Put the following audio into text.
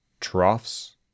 troughs